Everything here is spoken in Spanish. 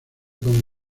con